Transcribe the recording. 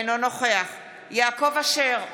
אינו נוכח יעקב אשר,